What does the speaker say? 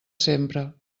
sempre